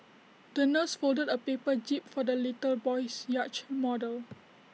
the nurse folded A paper jib for the little boy's yacht model